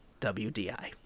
WDI